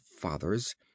father's